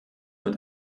mit